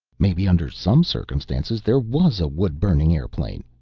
maybe, under some circumstances. there was a wood-burning airplane.